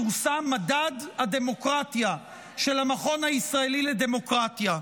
פורסם מדד הדמוקרטיה של המכון הישראלי לדמוקרטיה.